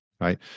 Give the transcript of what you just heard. Right